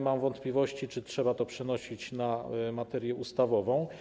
Mam wątpliwości, czy trzeba to przenosić do materii ustawowej.